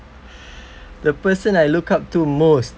the person I look up to most